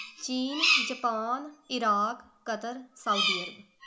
ਚੀਨ Japan Iraq Qatar Saudi ਅਰਬ